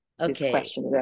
Okay